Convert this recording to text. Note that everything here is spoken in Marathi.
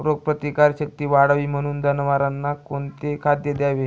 रोगप्रतिकारक शक्ती वाढावी म्हणून जनावरांना कोणते खाद्य द्यावे?